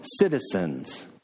citizens